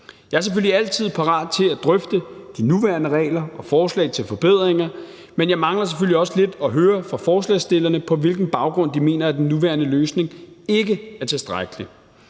Jeg er selvfølgelig altid parat til at drøfte de nuværende regler og forslag til forbedringer, men jeg mangler også lidt at høre fra forslagsstillerne, på hvilken baggrund de mener den nuværende løsning ikke er tilstrækkelig.